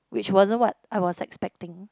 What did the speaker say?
which wasn't what I was expecting